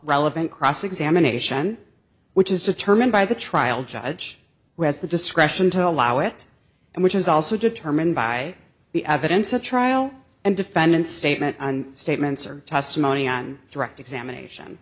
relevant cross examination which is determined by the trial judge who has the discretion to allow it and which is also determined by the evidence at trial and defendant statement and statements or testimony on direct examination